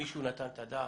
מישהו נתן את הדעת?